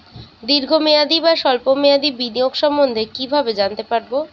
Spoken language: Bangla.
দীর্ঘ মেয়াদি বা স্বল্প মেয়াদি বিনিয়োগ সম্বন্ধে কীভাবে জানতে পারবো?